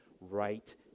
right